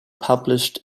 published